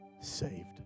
saved